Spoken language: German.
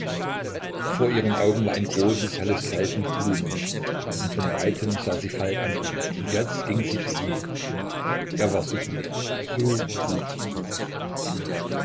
vor ihren augen war ein großes helles feld mit blumen und von weitem sah sie falk ankommen und jetzt ging sie zu ihm er war so gut so gut vi